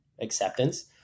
acceptance